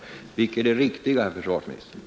Vilket är riktigt, herr försvarsminister?